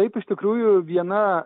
taip iš tikrųjų viena